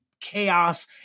chaos